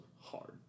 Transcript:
hard